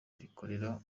rikorera